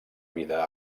vida